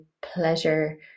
pleasure